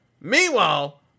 Meanwhile